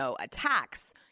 attacks